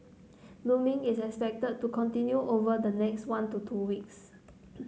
blooming is expected to continue over the next one to two weeks